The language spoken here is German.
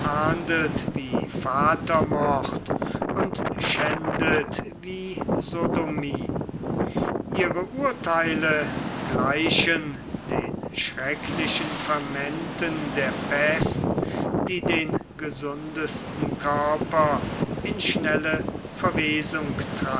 wie vatermord und schändet wie sodomie ihre urtheile gleichen den schrecklichen fermenten der pest die den gesundesten körper in schnelle verwesung